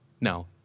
no